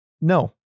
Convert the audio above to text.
No